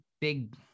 big